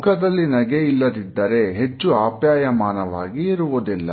ಮುಖದಲ್ಲಿ ನಗೆ ಇಲ್ಲದಿದ್ದರೆ ಹೆಚ್ಚು ಆಪ್ಯಾಯಮಾನವಾಗಿ ಇರುವುದಿಲ್ಲ